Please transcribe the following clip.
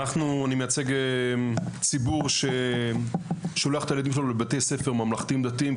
אני מייצג את הציבור ששולח את הילדים שלו לבתי ספר ממלכתיים דתיים,